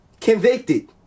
Convicted